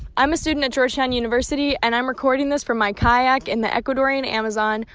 i'm a student at georgetown university. and i'm recording this from my kayak in the ecuadorian amazon,